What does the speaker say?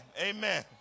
Amen